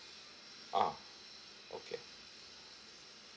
ah okay